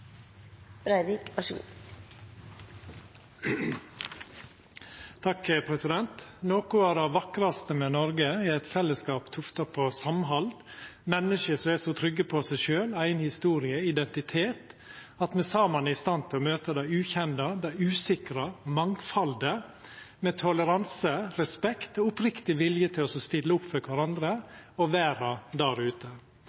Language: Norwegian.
som er så trygge på seg sjølve, eiga historie og identitet, at me saman er i stand til å møta det ukjende, det usikre og mangfaldet med toleranse, respekt og oppriktig vilje til å stilla opp for